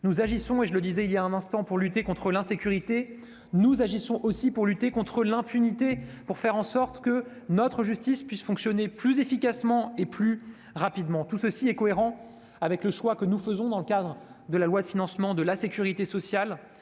justice a été de 40 %. Si nous agissons pour lutter contre l'insécurité, nous agissons aussi pour lutter contre l'impunité et pour faire en sorte que notre justice puisse fonctionner plus efficacement et plus rapidement. Tout cela s'inscrit en cohérence avec le choix que nous avons fait dans le cadre de la loi de financement de la sécurité sociale